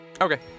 Okay